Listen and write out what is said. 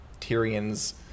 Tyrion's